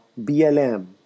BLM